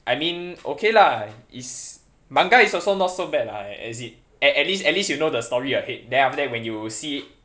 I mean okay lah it's manga is also not so bad lah as in and at least at least you know the story ahead then after that when you see it